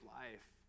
life